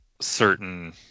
certain